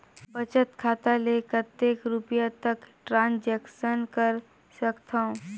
बचत खाता ले कतेक रुपिया तक ट्रांजेक्शन कर सकथव?